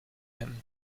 him